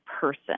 person